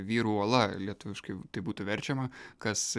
vyrų uola lietuviškai tai būtų verčiama kas